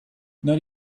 not